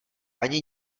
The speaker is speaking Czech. ani